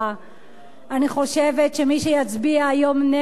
אני חושבת שמי שיצביע היום נגד הצעת החוק